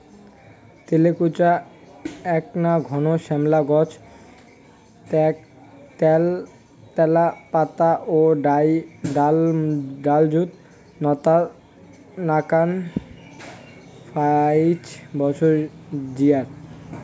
তেলাকুচা এ্যাকনা ঘন শ্যামলা গছ ত্যালত্যালা পাতা ও ডালযুত নতার নাকান ফাইক বছর জিয়ায়